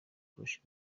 kurusha